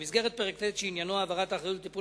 במסגרת פרק ט' שעניינו העברת האחריות לטיפול